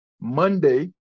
Monday